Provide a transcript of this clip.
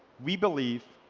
we believe